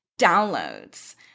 downloads